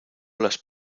las